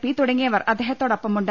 P തുടങ്ങിയവർ അദ്ദേഹ ത്തോടൊപ്പമുണ്ട്